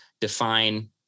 define